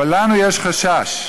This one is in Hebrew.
אבל לנו יש חשש,